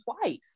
twice